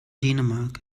dänemark